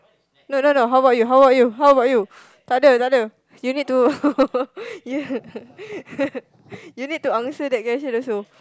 no no no how about you how about you how about you tak ada tak ada you need to you need to you need to answer that question also